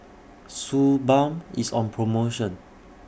Suu Balm IS on promotion